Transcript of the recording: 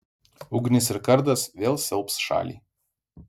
ugnis ir kardas vėl siaubs šalį